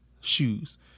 shoes